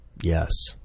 Yes